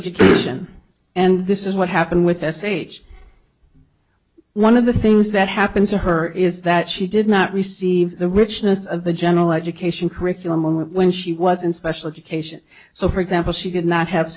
education and this is what happened with sh one of the things that happened to her is that she did not receive the richness of the general education curriculum only when she was in special education so for example she did not have